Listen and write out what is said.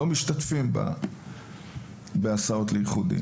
לא משתתפים בהסעות לייחודיים.